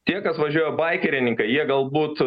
tie kas važiuoja baikerininkai jie galbūt